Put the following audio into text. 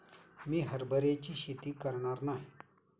मी हरभऱ्याची शेती करणार नाही